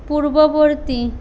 পূর্ববর্তী